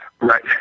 Right